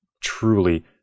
truly